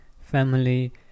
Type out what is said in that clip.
family